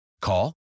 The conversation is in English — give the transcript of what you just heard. Call